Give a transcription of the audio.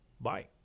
Bye